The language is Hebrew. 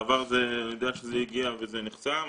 אני יודע שבעבר זה הגיע וזה נחסם.